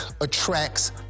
attracts